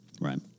Right